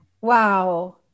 Wow